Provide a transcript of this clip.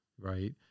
right